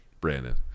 Brandon